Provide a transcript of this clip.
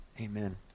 amen